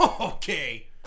okay